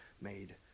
made